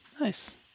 Nice